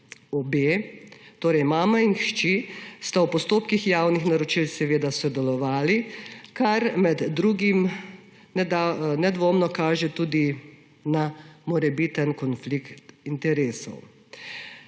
Obe, torej mama in hči, sta v postopkih javnih naročil seveda sodelovali, kar med drugim nedvomno kaže tudi na morebiten konflikt interesov.